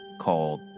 called